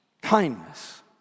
Kindness